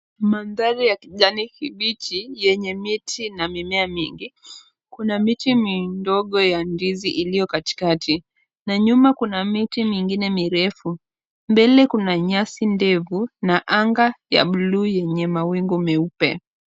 Mandhari ya kijani kibichi yenye miti na mimea mingi. Kuna miti midogo ya ndizi iliyo katikati na nyuma kuna miti mingine mirefu. Mbele kuna nyasi ndefu na anga ya blue yenye mawingu meupe.